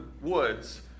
woods